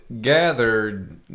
gathered